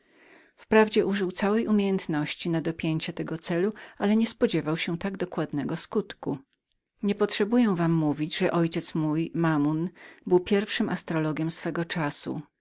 wprawdzie użył całej umiejętności na dopięcie tego celu ale niespodziewał się tak dokładnego skutku nie potrzebuję wam mówić że ojciec mój mamon był pierwszym astrologiem swego czasu